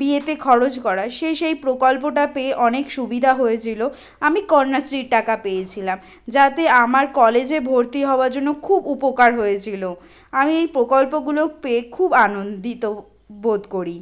বিয়েতে খরচ করার সে সেই প্রকল্পটা পেয়ে অনেক সুবিধা হয়েছিলো আমি কন্যাশ্রীর টাকা পেয়েছিলাম যাতে আমার কলেজে ভর্তি হওয়ার জন্য খুব উপকার হয়েছিলো আমি প্রকল্পগুলো পেয়ে খুব আনন্দিত বোধ করি